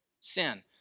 Sin